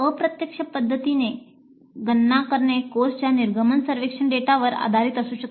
अप्रत्यक्ष पद्धतीने गणना करणे कोर्सच्या निर्गमन सर्वेक्षण डेटावर आधारित असू शकते